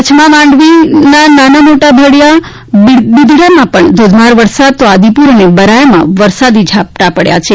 કચ્છમાં માંડવીના નાના મોટા ભાળિયા બીદડામાં ધોધમાર વરસાદ તો આદિપુર બરાયામાં વરસાદી ઝાપટાં પડ્યા છે